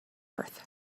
earth